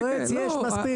יועץ יש מספיק.